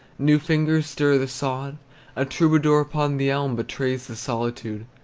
new fingers stir the sod a troubadour upon the elm betrays the solitude.